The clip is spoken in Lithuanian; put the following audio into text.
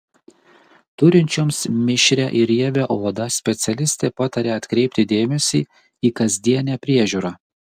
turinčioms mišrią ir riebią odą specialistė pataria atkreipti dėmesį į kasdienę priežiūrą